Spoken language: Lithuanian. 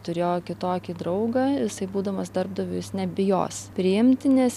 turėjo kitokį draugą jisai būdamas darbdaviu jis nebijos priimti nes